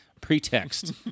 Pretext